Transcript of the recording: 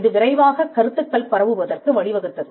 இது விரைவாக கருத்துக்கள் பரவுவதற்கு வழிவகுத்தது